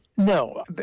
No